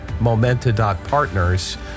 momenta.partners